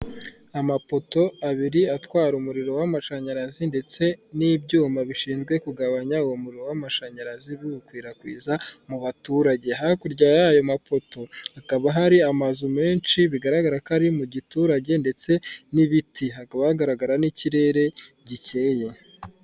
Amapoto abiri atwara umuriro w'amashanyarazi ndetse n'ibyuma bishinzwe kugabanya umuriro w'amashanyarazi biwukwirakwiza mu baturage. Hakurya y'ayo mapoto hakaba hari amazu menshi bigaragara ko ari mu giturage ndetse n'ibiti. Hakaba hagaragara n'ikirere gikenye.